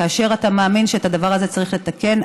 כאשר אתה מאמין שאת הדבר הזה צריך לתקן,